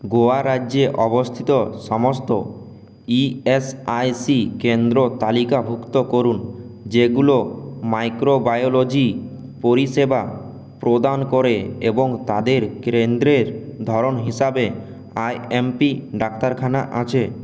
গোয়া রাজ্যে অবস্থিত সমস্ত ইএসআইসি কেন্দ্র তালিকাভুক্ত করুন যেগুলো মাইক্রোবায়োলজি পরিষেবা প্রদান করে এবং তাদের কেন্দ্রের ধরন হিসাবে আইএমপি ডাক্তারখানা আছে